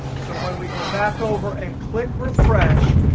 so when we go back over and click refresh,